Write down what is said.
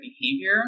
behavior